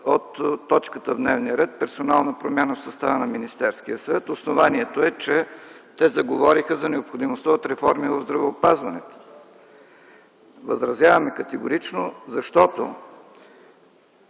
от точката в дневния ред – персонална промяна в състава на Министерския съвет. Основанието е, че те заговориха за необходимостта от реформи в здравеопазването. Възразяваме категорично, защото